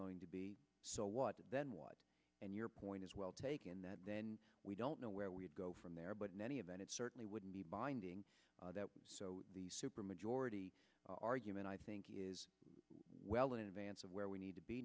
going to be so what then what and your point is well taken that then we don't know where we go from there but many of then it certainly wouldn't be binding that the super majority argument i think is well in advance of where we need to be